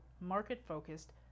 market-focused